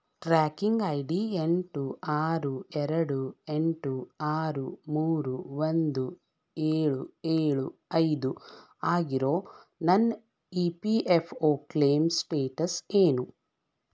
tracking I D ಎಂಟು ಆರು ಎರಡು ಎಂಟು ಆರು ಮೂರು ಒಂದು ಏಳು ಏಳು ಐದು ಆಗಿರೋ ನನ್ನ E P F O claim status ಏನು